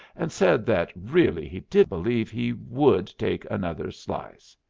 and said that really he did believe he would take another slice.